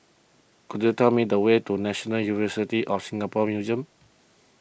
could you tell me the way to National University of Singapore Museums